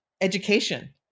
education